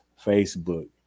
Facebook